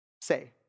say